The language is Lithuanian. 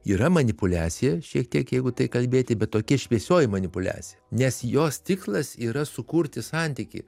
yra manipuliacija šiek tiek jeigu tai kalbėti bet tokia šviesioji manipuliacija nes jos tikslas yra sukurti santykį